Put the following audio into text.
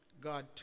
God